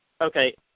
Okay